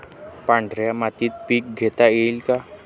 पांढऱ्या मातीत पीक घेता येईल का?